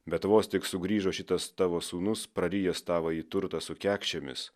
bet vos tik sugrįžo šitas tavo sūnus prarijęs tavąjį turtą su kekšėmis